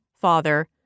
father